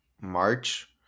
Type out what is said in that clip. March